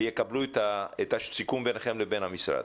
ויקבלו את הסיכום ביניכם לבין המשרד?